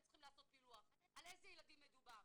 צריכים לעשות פילוח על איזה ילדים מדובר,